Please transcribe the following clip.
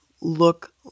look